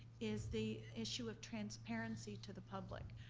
is the issue of transparency to the public.